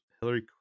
Hillary